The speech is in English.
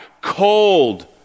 cold